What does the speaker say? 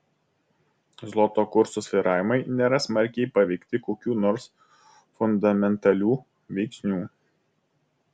zloto kurso svyravimai nėra smarkiai paveikti kokių nors fundamentalių veiksnių